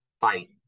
fight